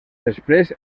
després